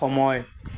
সময়